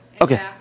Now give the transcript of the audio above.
Okay